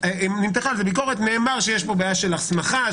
נמתחה על זה ביקורת ונאמר שיש פה בעיה של הסמכה,